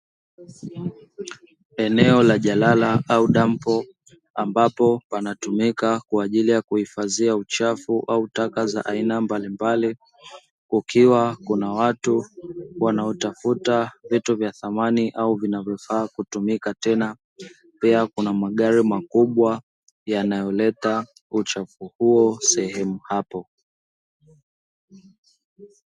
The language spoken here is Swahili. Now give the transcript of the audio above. Eneo la jalala au dampo ambapo panatumika kwa ajili ya kuhifadhia uchafu au taka za aina mbalimbali, kukiwa kuna watu wanaotafuta vitu vya thamani au vinavofaa kutumika tena. Pia kuna magari makubwa yanayoleta uchafu huo sehemu hapo.